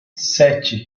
sete